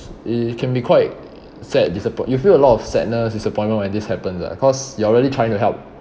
it can be quite sad disapp~ you feel a lot of sadness disappointment when this happens ah cause you're really trying to help